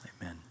Amen